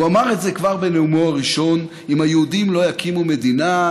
הוא אמר את זה כבר בנאומו הראשון: אם היהודים לא יקימו מדינה,